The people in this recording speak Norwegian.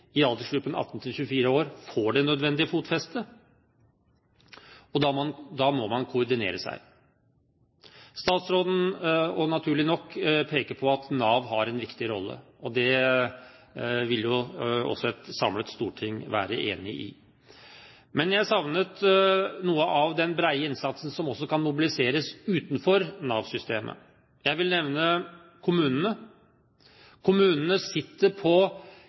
år får det nødvendige fotfestet, og da må man koordinere seg. Statsråden peker, naturlig nok, på at Nav har en viktig rolle, og det vil jo også et samlet storting være enig i. Men jeg savnet noe av den brede innsatsen som kan mobiliseres også utenfor Nav-systemet. Jeg vil nevne kommunene. Kommunene sitter på